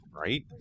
right